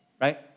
right